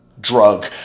drug